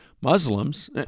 Muslims